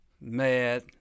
mad